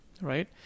right